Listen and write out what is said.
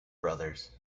brothers